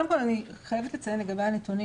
אני חייבת לציין לגבי הנתונים,